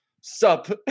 sup